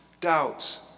doubts